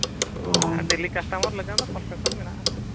ᱟᱨ daily customer ᱞᱟᱜᱟᱫ ᱫᱚ concession ᱢᱮᱱᱟᱜᱼᱟ ᱱᱟᱦᱟᱜ